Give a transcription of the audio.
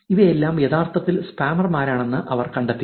ഇവയെല്ലാം യഥാർത്ഥത്തിൽ സ്പാമർമാരാണെന്ന് അവർ കണ്ടെത്തി